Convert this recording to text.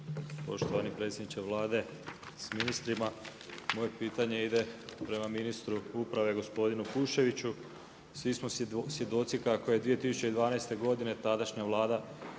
poštovani predsjedniče Vlade s ministrima. Moje pitanje ide prema ministru uprave gospodinu Kuščeviću. Svi smo svjedoci kako je 2012. godine tadašnja Vlada